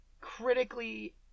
critically